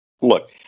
Look